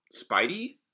Spidey